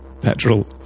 petrol